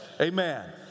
Amen